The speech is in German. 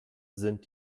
sind